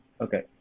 Okay